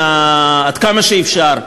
עד כמה שאפשר,